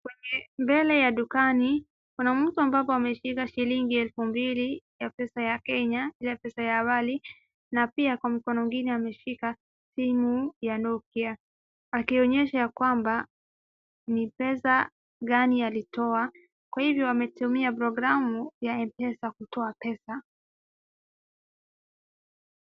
Kwenye mbele ya dukani pana mtu ambaye ameshika shilingi elfu mbili ya pesa ya Kenya ya pesa ya awali, na pia kuna mkono ingine ameshika simu ya Nokia, akionyesha kwamba ni pesa gani alitoa, kwa hivyo ametumia program ya M-pesa kutoa pesa.